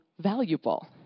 valuable